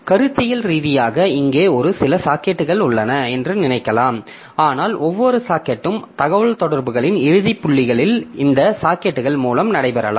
கருத்தியல் ரீதியாக இங்கே ஒரு சில சாக்கெட்டுகள் உள்ளன என்று நினைக்கலாம் ஆனால் ஒவ்வொரு சாக்கெட்டும் தகவல்தொடர்புகளின் இறுதிப் புள்ளிகள் இந்த சாக்கெட்டுகள் மூலம் நடைபெறலாம்